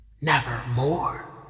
Nevermore